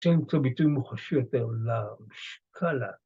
קשה למצוא ביטוי מוחשי יותר למשקל